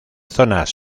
zonas